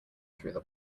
through